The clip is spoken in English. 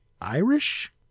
Irish